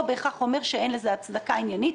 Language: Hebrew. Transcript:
בהכרח אומר שאין לזה הצדקה עניינית,